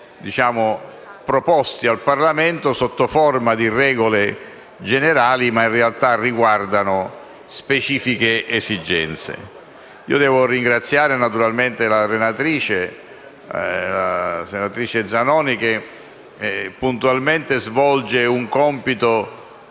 proposti al Parlamento sotto forma di regole generali che, in realtà, riguardano specifiche esigenze. Ringrazio la relatrice, la senatrice Zanoni, che puntualmente svolge il compito